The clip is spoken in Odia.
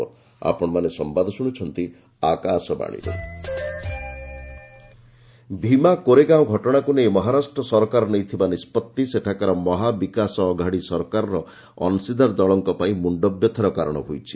ମହା ଭିମା କୋରେଗାଓଁ ଭିମା କୋରେଗାଓଁ ଘଟଣାକୁ ନେଇ ମହାରାଷ୍ଟ୍ର ସରକାର ନେଇଥିବା ନିଷ୍କଉତ୍ତି ସେଠାକାର ମହାବିକାଶ ଅଘାଡ଼ି ସରକାରର ଅଶିଦାର ଦଳଙ୍କ ପାଇଁ ମୁଣ୍ଡବ୍ୟଥାର କାରଣ ହୋଇଛି